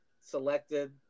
selected